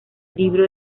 libro